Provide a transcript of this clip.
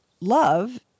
love